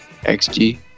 XG